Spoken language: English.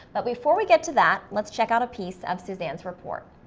but before we get to that, let's check out a piece of suzanne's report.